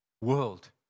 World